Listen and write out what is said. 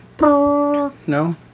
No